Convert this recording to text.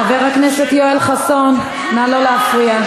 חבר הכנסת יואל חסון, נא לא להפריע.